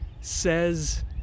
says